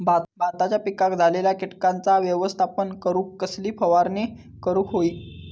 भाताच्या पिकांक झालेल्या किटकांचा व्यवस्थापन करूक कसली फवारणी करूक होई?